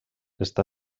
està